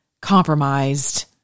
compromised